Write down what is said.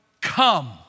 come